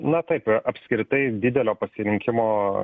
na taip a apskritai didelio pasirinkimo